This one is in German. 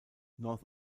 north